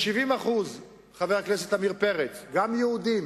שכ-70% חבר הכנסת עמיר פרץ, גם יהודים